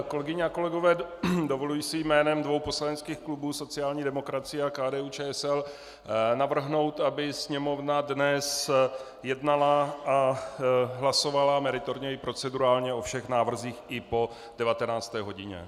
Kolegyně a kolegové, dovoluji si jménem dvou poslaneckých klubů, sociální demokracie a KDUČSL, navrhnout, aby Sněmovna dnes jednala a hlasovala meritorně i procedurálně o všech návrzích i po 19. hodině.